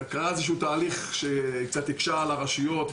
אז קרה תהליך שהקשה על הרשויות.